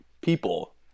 people